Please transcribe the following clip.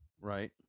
Right